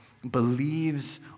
believes